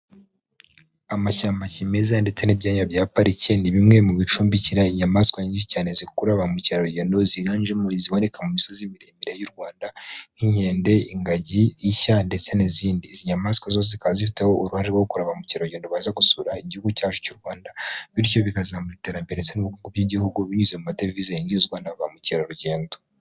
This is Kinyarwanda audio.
Amashyamba ki meza ndetse n'ibyanya bya pariki ni bimwe mu bicumbikira inyamaswa nyinshi cyane zikurura ba mukerarugendo ziganjemo i ziboneka mu misozi miremire y'u Rwanda nk'inkende ,Ingagi, Ishya ndetse n'izindizi nyamaswa zose zikaba zifiteho uruhare rwo kuba mukeragendo baza gusura igihugu cyacu cy'u Rwanda bityo bikazmura iterambere by'igihugu binyuze mu madevize yingizwa na ba mukerarugendo.